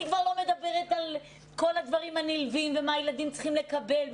אני כבר לא מדברת על כל הדברים הנלווים ומה שהילדים צריכים לקבל.